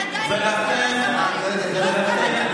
השרה המיועדת,